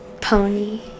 Pony